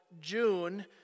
June